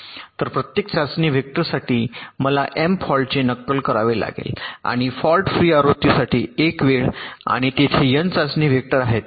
तर प्रत्येक चाचणी व्हेक्टरसाठी मला एम फॉल्टचे नक्कल करावे लागेल आणि फॉल्ट फ्री आवृत्तीसाठी एक वेळ आणि तेथे एन चाचणी वेक्टर आहेत